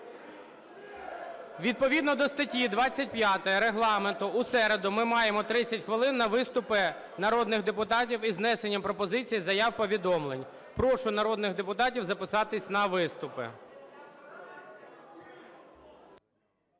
Відповідно до стаття 25 Регламенту у середу ми маємо 30 хвилин на виступи народних депутатів із внесенням пропозицій, заяв, повідомлень. Прошу народних депутатів записатись на виступи.